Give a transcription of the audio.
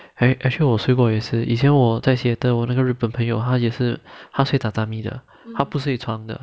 actually 我睡过也是以前我在 seattle 我那个日本朋友他睡那个 tamami 的他不是睡床的